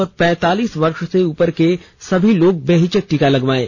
और पैंतालीस वर्ष से उपर के सभी लोग बेहिचक टीका लगवायें